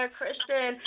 Christian